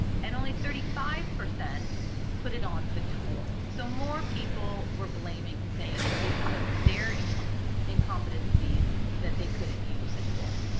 and only thirty five percent put it on the tool. so more people were blaming saying it was because of their incompetencies incompetencies that they couldn't use the tool.